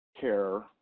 care